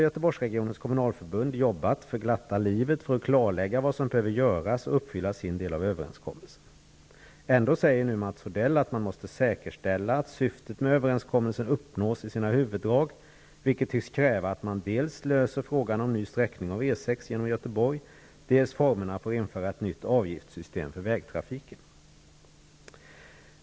Göteborgsregionens kommunalförbund har sedan dess arbetat för glatta livet för att klarlägga vad som behöver göras och uppfylla sin del av överenskommelsen. Ändå säger nu Mats Odell att man måste säkerställa att syftet med överenskommelsen uppnås i sina huvuddrag, vilket tycks kräva att man dels löser frågan om ny sträckning av E 6 genom Göteborg, dels formerna för att införa ett nytt avgiftssystem för vägtrafiken.